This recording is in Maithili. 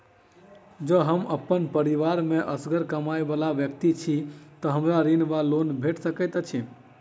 जँ हम अप्पन परिवार मे असगर कमाई वला व्यक्ति छी तऽ हमरा ऋण वा लोन भेट सकैत अछि?